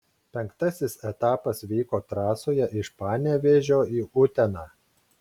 penktasis etapas vyko trasoje iš panevėžio į uteną